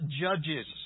judges